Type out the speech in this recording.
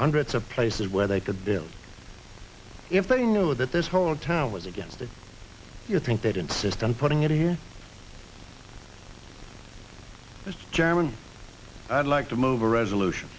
hundreds of places where they could build if they know that this whole town was against it you think that insist on putting it here is chairman i'd like to move a resolution